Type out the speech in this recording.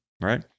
Right